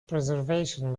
preservation